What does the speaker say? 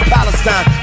Palestine